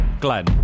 Glenn